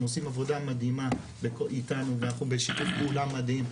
הם עושים עבודה מדהימה איתנו ואנחנו בשיתוף פעולה מדהים,